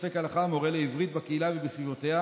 פוסק הלכה ומורה לעברית בקהילה ובסביבותיה.